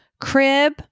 crib